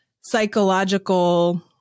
psychological